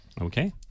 Okay